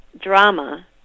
Drama